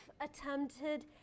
attempted